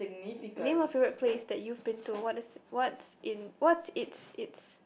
name a favourite place that you've been to what is what's in what's it's it's